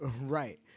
Right